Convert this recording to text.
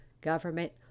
government